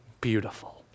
beautiful